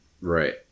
Right